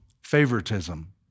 favoritism